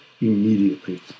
immediately